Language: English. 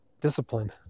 discipline